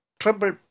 triple